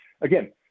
again